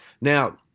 Now